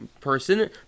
person